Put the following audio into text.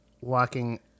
Walking